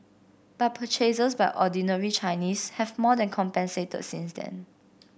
but purchases by ordinary Chinese have more than compensated since then